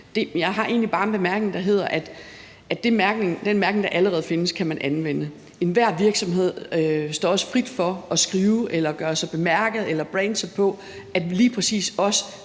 Jeg har egentlig bare en bemærkning, der hedder, at den mærkning, der allerede findes, kan man anvende. Det står enhver virksomhed frit for at skrive eller gøre sig bemærket eller brande sig på, at lige præcis de